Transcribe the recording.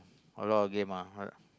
a lot of game ah